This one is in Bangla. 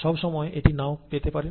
সব সময় এটি নাও পেতে পারেন